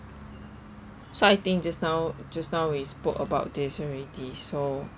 so I think just now just now we spoke about this already so